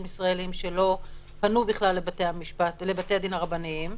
ישראלים שלא פנו בכלל לבתי הדין הרבניים,